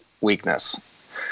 weakness